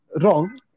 wrong